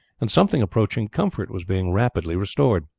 and something approaching comfort was being rapidly restored.